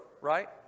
right